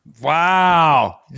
Wow